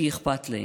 כי אכפת להם,